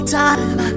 time